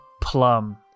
Plum